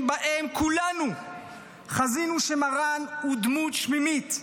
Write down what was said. שבהם כולנו ראינו שמרן הוא דמות שמיימית,